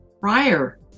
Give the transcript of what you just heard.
prior